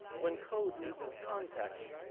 when code loses context,